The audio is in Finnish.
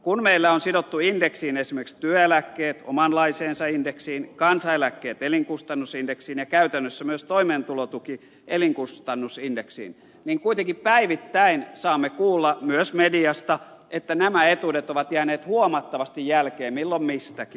kun meillä on sidottu esimerkiksi työeläkkeet omanlaiseensa indeksiin kansaneläkkeet elinkustannusindeksiin ja käytännössä myös toimeentulotuki elinkustannusindeksiin niin kuitenkin päivittäin saamme kuulla myös mediasta että nämä etuudet ovat jääneet huomattavasti jälkeen milloin mistäkin